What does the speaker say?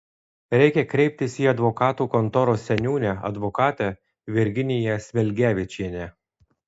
reikia kreiptis į advokatų kontoros seniūnę advokatę virginiją smilgevičienę